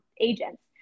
agents